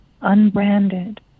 unbranded